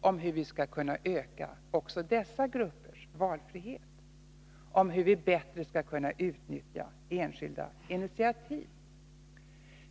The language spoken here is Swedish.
om hur vi skall kunna öka också dessa gruppers valfrihet och om hur vi bättre skall kunna utnyttja enskilda initiativ.